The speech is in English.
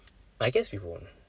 I guess we won't